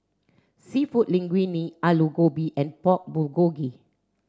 Seafood Linguine Alu Gobi and Pork Bulgogi